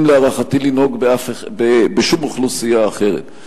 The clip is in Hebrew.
להערכתי לנהוג בה עם שום אוכלוסייה אחרת.